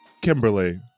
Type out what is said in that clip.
Kimberly